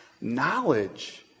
knowledge